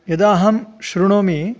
यदाहं शृणोमि